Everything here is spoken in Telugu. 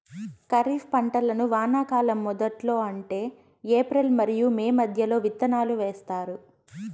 ఖరీఫ్ పంటలను వానాకాలం మొదట్లో అంటే ఏప్రిల్ మరియు మే మధ్యలో విత్తనాలు వేస్తారు